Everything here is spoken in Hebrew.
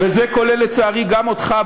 וזה כולל לצערי גם אותך,